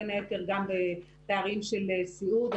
בין היתר גם בפערים של סיעוד.